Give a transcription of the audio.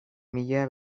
mila